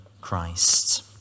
Christ